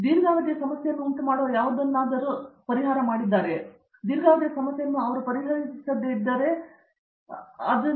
ದೀರ್ಘಾವಧಿಯ ಸಮಸ್ಯೆಯನ್ನು ಉಂಟುಮಾಡುವ ಯಾವುದನ್ನಾದರೂ ಮಾಡಿದ್ದರೂ ದೀರ್ಘಾವಧಿಯ ಸಮಸ್ಯೆಯನ್ನು ಅವರು ಪರಿಹರಿಸದಿದ್ದರೆ ಮತ್ತೊಂದು